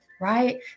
Right